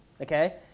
okay